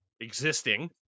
existing